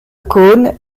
caunes